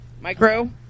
Micro